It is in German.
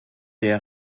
der